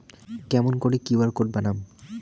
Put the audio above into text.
কেমন করি QR code বানাম?